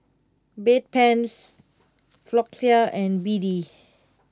Bedpans Floxia and B D